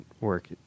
work